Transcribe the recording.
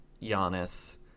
Giannis